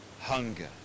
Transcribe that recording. hunger